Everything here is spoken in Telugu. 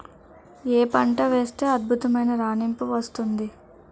ఏ పంట వేస్తే అద్భుతమైన రాణింపు వస్తుంది?